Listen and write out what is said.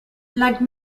like